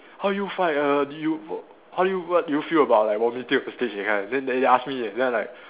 how you find err did you how do you what do you feel about like vomiting on stage that kind then they ask me then I like